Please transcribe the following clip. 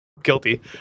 guilty